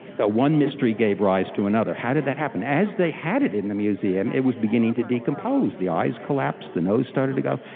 so one mystery gave rise to another. how did that happen? as they had it in the museum it was beginning to decompose, the eyes collapsed, the nose started to go.